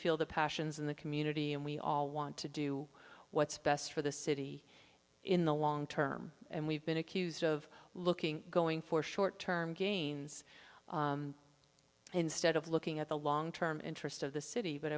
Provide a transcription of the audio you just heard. feel the passions in the community and we all want to do what's best for the city in the long term and we've been accused of looking going for short term gains instead of looking at the long term interest of the city but